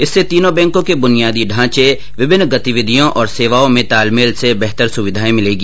इससे तीनों बैंकों के बुनियादी ढांचे विभिन्न गतिविधियों और सेवाओं में तालमेल से बेहतर सुविधाए मिलेगी